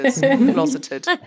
closeted